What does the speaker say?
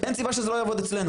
אין סיבה שזה לא יעבוד אצלנו.